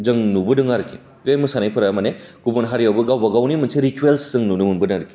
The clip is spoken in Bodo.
जों नुबोदों आरोखि बे मोसानायफोरा मानि गुबुन हारियावबो गावबागावनि मोनसे रिसुयेलस जों नुनो मोनबोदों आरोखि